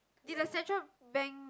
did the Central Bank like